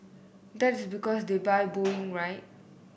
that is because they buy Boeing right